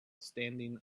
standing